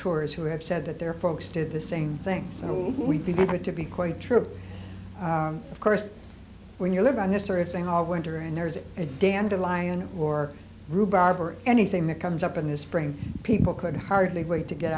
tours who have said that their folks did the same things and we didn't get to be quite true of course when you live on this sort of thing all winter and there's a dandelion or rhubarb or anything that comes up in the spring people could hardly wait to get